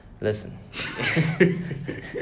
listen